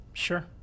sure